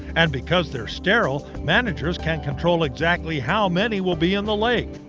and because they are sterile managers can control exactly how many will be in the lake.